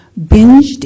binged